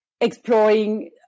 exploring